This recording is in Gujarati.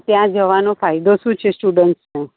ત્યાં જવાનો ફાયદો શું છે સ્ટુડન્ટ્સનો